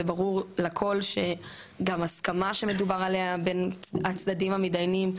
זה ברור לכל שגם הסכמה שמדובר עליה בין הצדדים המתדיינים,